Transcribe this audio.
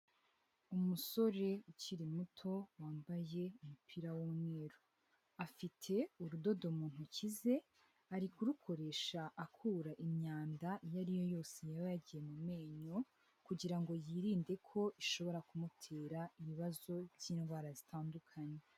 Umusore ukiri muto wambaye umupira w'umweru, afite urudodo mu ntoki ze ari kurukoresha akura imyanda iyo ari yo yose yaba yagiye mu menyo kugira ngo yirinde ko ishobora kumutera ibibazo by'indwara zitandukanye.